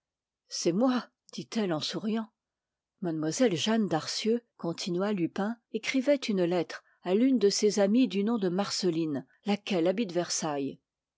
c'est moi dit-elle en souriant mlle jeanne darcieux continua lupin écrivait une lettre à l'une de ses amies du nom de marceline laquelle habite versailles